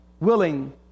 willing